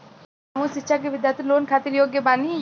का हम उच्च शिक्षा के बिद्यार्थी लोन खातिर योग्य बानी?